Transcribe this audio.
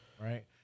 Right